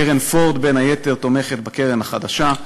קרן פורד, בין היתר, תומכת בקרן החדשה.